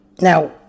Now